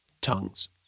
Tongues